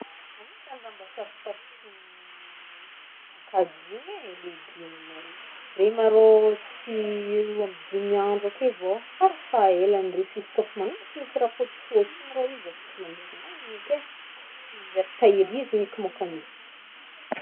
Anisan'ny raha mbô sarotsarotro kajiana e, legume regny, regny ma rô tsy eo amy dimy andro ake vô farafaelagny refa izy kôfa manomboko misy raha fôtsifôtsy igny rô izy e, efa tsy manjary hoagnina eky ai, tsy manjary tahiriziny eky môkany e.